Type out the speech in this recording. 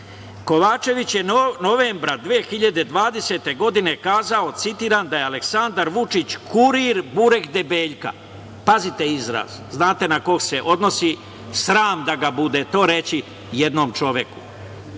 Kovačević je novembra 2020. godine kazao, citiram: „da je Aleksandar Vučić kurir burek debeljka“, pazite izraz, znate na koga se odnosi. Sram da ga bude, to reći jednom čoveku.